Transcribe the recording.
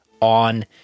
on